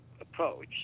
approach